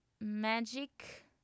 magic